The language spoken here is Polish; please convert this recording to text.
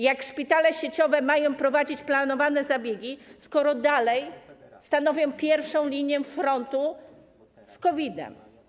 Jak szpitale sieciowe mają prowadzić planowane zabiegi, skoro dalej są na pierwszej linii frontu w walce z COVID-em?